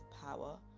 power